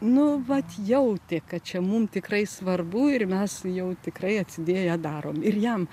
nu vat jautė kad čia mum tikrai svarbu ir mes jau tikrai atsidėję darom ir jam